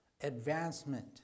advancement